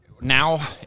now